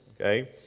okay